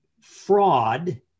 fraud